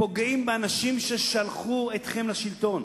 פוגעים באנשים ששלחו אתכם לשלטון,